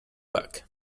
back